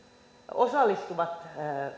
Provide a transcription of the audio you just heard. osallistuvat